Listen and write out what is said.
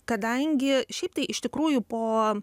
kadangi šiaip tai iš tikrųjų po